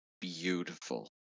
beautiful